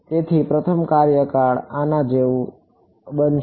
તેથી પ્રથમ કાર્યકાળ આના જેવું બનશે